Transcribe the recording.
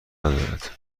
ندارد